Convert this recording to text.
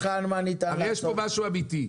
הרי יש פה משהו אמיתי.